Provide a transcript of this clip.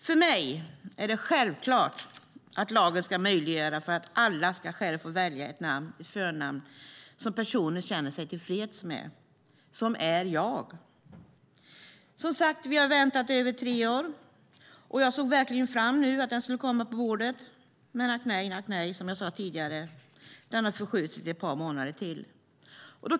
För mig är det självklart att lagen ska möjliggöra för alla att själva fritt välja det förnamn man känner sig tillfreds med - det som är jag. Vi har som sagt väntat i över tre år. Jag såg verkligen fram mot att utredningen skulle komma på bordet. Men ack nej, som jag sade tidigare: Den har skjutits fram ett par månader till.